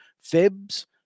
Fibs